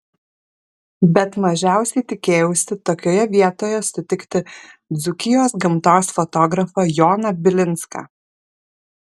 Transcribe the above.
bet mažiausiai tikėjausi tokioje vietoje sutikti dzūkijos gamtos fotografą joną bilinską